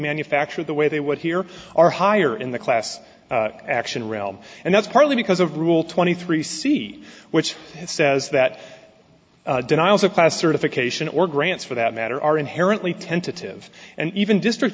manufactured the way they would here are higher in the class action realm and that's partly because of rule twenty three c which says that denials of class certification or grants for that matter are inherently tentative and even district